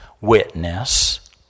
witness